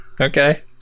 Okay